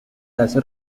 hace